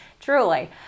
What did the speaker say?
truly